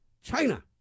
China